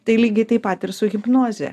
tai lygiai taip pat ir su hipnoze